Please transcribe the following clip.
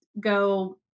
go